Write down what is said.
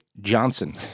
Johnson